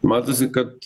matosi kad